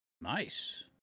nice